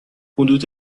حدود